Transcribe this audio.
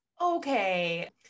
Okay